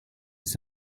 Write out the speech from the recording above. ist